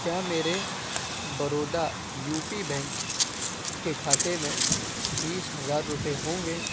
کیا میرے Baroda U P bank کے کھاتے میں تیس ہزار روپئے ہوں گے